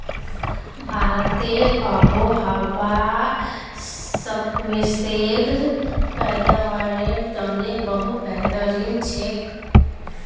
भारतेर आबोहवा स्क्वैशेर पैदावारेर तने बहुत बेहतरीन छेक